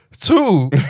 Two